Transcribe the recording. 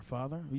Father